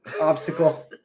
obstacle